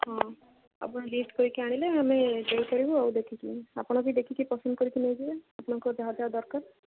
ହୁଁ ଆପଣ ଲିଷ୍ଟ କରିକି ଆଣିଲେ ଆମେ ଦେଇ ପାରିବୁ ଆଉ ଦେଖିକି ଆପଣ ବି ଦେଖିକି ପସନ୍ଦ କରିକି ନେଇଯିବେ ଆପଣଙ୍କ ଯାହା ଯାହା ଦରକାର